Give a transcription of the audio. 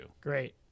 Great